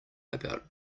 about